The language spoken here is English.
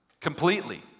Completely